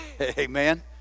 Amen